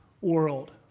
world